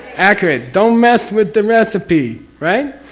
accurate. don't mess with the recipe right?